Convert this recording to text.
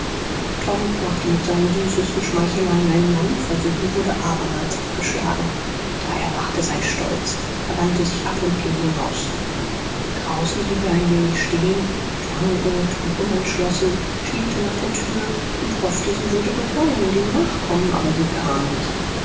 tom machte mit seinen süßesten schmeicheleien einen neuen versuch und wurde abermals abgeschlagen da erwachte sein stolz er wandte sich ab und ging hinaus draußen blieb er ein wenig stehen schwankend und unentschlossen schielte nach der tür und hoffte sie würde bereuen und ihm nachkommen aber sie kam nicht